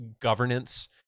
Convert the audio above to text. governance